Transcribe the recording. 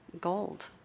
gold